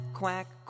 quack